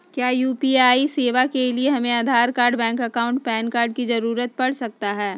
क्या यू.पी.आई सेवाएं के लिए हमें Aadhaar card bank account PAN card की जरूरत पड़ सकता है?